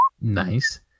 Nice